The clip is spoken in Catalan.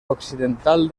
occidental